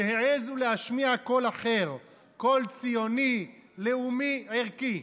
שהעזו להשמיע קול אחר, קול ציוני, לאומי, ערכי.